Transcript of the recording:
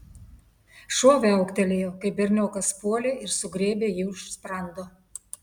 šuo viauktelėjo kai berniokas puolė ir sugriebė jį už sprando